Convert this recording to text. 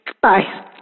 Bye